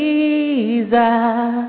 Jesus